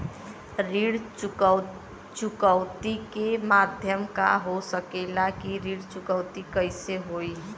ऋण चुकौती के माध्यम का हो सकेला कि ऋण चुकौती कईसे होई?